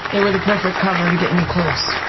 they were the perfect cover to get me close,